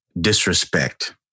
disrespect